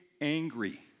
angry